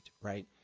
right